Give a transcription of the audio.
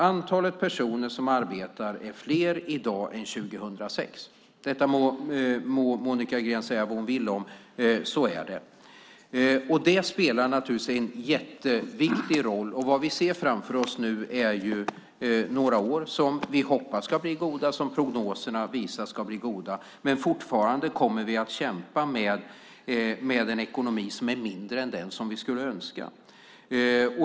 Antalet personer som arbetar är i dag större än det var 2006. Monica Green må säga vad hon vill om det, men så är det. Detta spelar naturligtvis en mycket stor roll. Vad vi nu ser framför oss är några år som vi hoppas blir goda och som prognoserna visar ska bli goda. Men fortsatt kommer vi att kämpa med en ekonomi som är mindre än vi skulle önska.